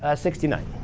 ah sixty-nine.